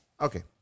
Okay